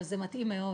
אבל זה מתאים מאוד